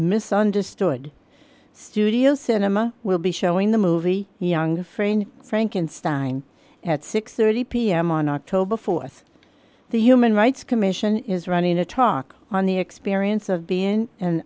misunderstood studio cinema will be showing the movie young frayne frankenstein at six thirty pm on october th the human rights commission is running a talk on the experience of being an